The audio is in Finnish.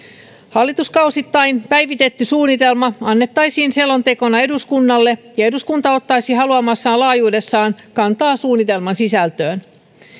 hallituskausittain päivitetty suunnitelma annettaisiin selontekona eduskunnalle ja eduskunta ottaisi haluamassaan laajuudessa kantaa suunnitelman sisältöön